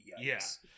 Yes